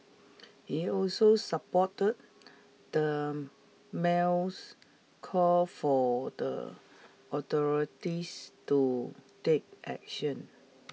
he also supported the mail's call for the authorities to take action